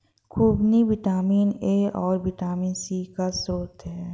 खूबानी vitamin A और vitamin C का स्रोत है